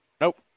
Nope